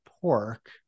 pork